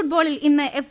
ഫുട്ബോളിൽ ഇന്ന് എഫ്